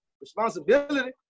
responsibility